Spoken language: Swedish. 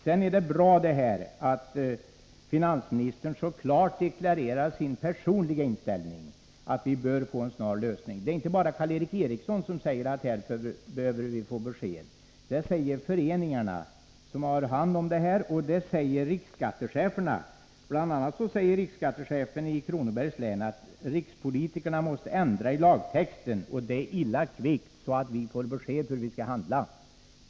Sedan är det bra att finansministern så klart deklarerat sin personliga inställning, att vi bör få en snar lösning. Det är inte bara Karl Erik Eriksson som säger att här behöver vi få besked. Det säger de föreningar som har hand om insamlingen, och det säger riksskattecheferna. Bl. a. säger riksskattechefen i Kronobergs län att rikspolitikerna måste ändra i lagtexten och det illa kvickt, så att vi får besked hur vi skall handla.